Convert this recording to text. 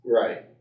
Right